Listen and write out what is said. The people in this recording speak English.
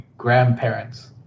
Grandparents